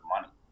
money